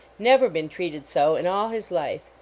never been treated so in all his life.